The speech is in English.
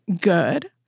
good